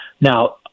Now